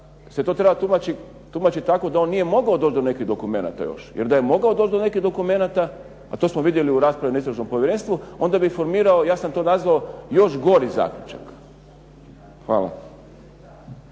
se to treba tumačit tako da on nije mogao doći do nekih dokumenata još. Jer da je on mogao doći do nekih dokumenata, a to smo vidjeli u raspravi na Istražnom povjerenstvu onda bi formirao, ja sam to nazvao, još gori zaključak. Hvala.